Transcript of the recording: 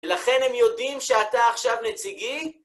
לכן הם יודעים שאתה עכשיו נציגי?